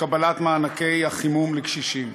לקבלת מענקי החימום לקשישים,